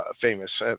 famous